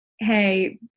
Hey